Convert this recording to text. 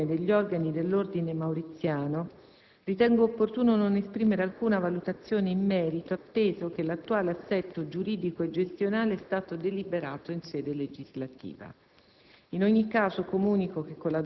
Sull'eventuale ricostituzione degli organi dell'Ordine Mauriziano ritengo opportuno non esprimere alcuna valutazione in merito, atteso che l'attuale assetto giuridico e gestionale è stato deliberato in sede legislativa.